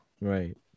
Right